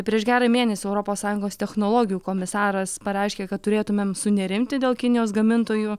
prieš gerą mėnesį europos sąjungos technologijų komisaras pareiškė kad turėtumėm sunerimti dėl kinijos gamintojų